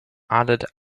added